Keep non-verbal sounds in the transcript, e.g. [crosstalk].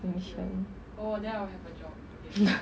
commission [laughs]